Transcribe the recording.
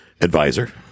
advisor